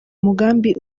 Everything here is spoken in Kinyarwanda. mugambi